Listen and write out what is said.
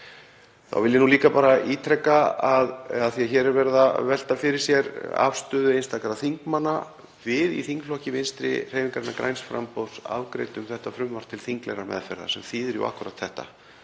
Þá vil ég líka ítreka, af því að hér er verið að velta fyrir sér afstöðu einstakra þingmanna, að við í þingflokki Vinstrihreyfingarinnar – græns framboðs afgreiddum þetta frumvarp til þinglegrar meðferðar sem þýðir jú akkúrat þetta,